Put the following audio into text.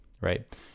right